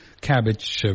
cabbage